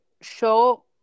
show